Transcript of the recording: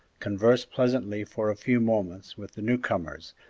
conversed pleasantly for a few moments with the new-comers,